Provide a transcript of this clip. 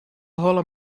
holle